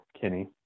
Kinney